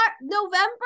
November